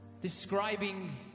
describing